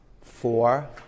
four